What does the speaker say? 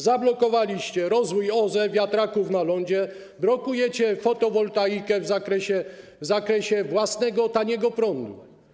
Zablokowaliście rozwój OZE, wiatraków na lądzie, blokujecie fotowoltaikę w zakresie własnego taniego prądu.